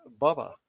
Bubba